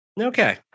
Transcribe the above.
Okay